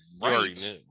right